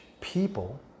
people